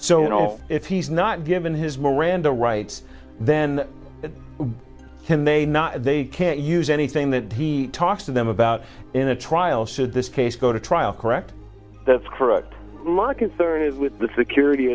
so you know if he's not given his miranda rights then can they not they can't use anything that he talks to them about in a trial should this case go to trial correct that's correct my concern is with the security